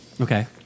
Okay